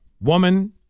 woman